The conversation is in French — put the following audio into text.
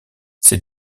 ces